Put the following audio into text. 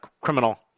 criminal